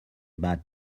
bad